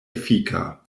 efika